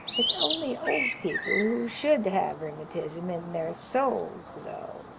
it's only old people who should have rheumatism in their souls, though.